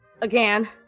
again